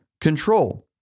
control